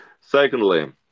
secondly